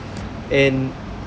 and